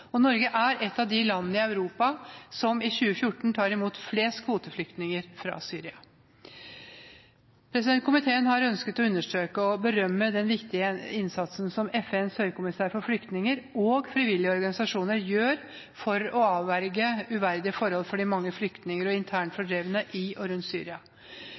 og Norge er et av de landene i Europa som i 2014 tar imot flest kvoteflyktninger fra Syria. Komiteen har ønsket å understreke og berømme den viktige innsatsen som FNs høykommissær for flyktninger og frivillige organisasjoner gjør for å avverge uverdige forhold for de mange flyktninger og internt fordrevne i og rundt Syria.